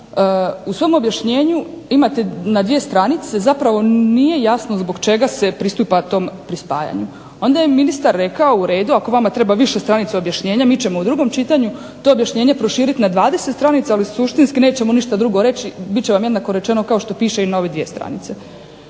u svom objašnjenju imate na dvije stranice zapravo nije jasno zbog čega se pristupa tom pripajanju. Onda je ministar rekao u redu, ako vama treba više stranica objašnjenja mi ćemo u drugom čitanju to objašnjenje proširiti na 20 stranica ali suštinski nećemo ništa drugo reći. Bit će vam jednako rečeno kao što piše i na ove dvije stranice.